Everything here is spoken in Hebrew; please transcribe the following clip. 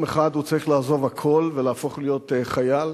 אחד הוא צריך לעזוב הכול ולהפוך להיות חייל,